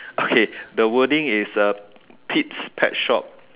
okay the wording is uh Pete's pet shop